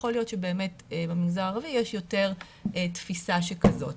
יכול להיות שבאמת במגזר הערבי יש יותר תפיסה שכזאת.